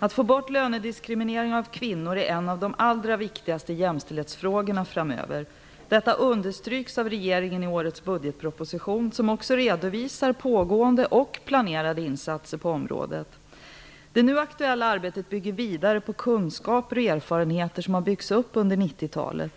Att få bort lönediskriminering av kvinnor är en av de allra viktigaste jämställdhetsfrågorna framöver. Detta understryks av regeringen i årets budgetproposition, som också redovisar pågående och planerade insatser på området. Det nu aktuella arbetet bygger vidare på kunskaper och erfarenheter som byggts upp under 90-talet.